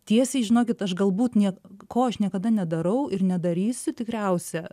tiesiai žinokit aš galbūt nie ko aš niekada nedarau ir nedarysiu tikriausia